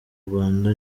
rwanda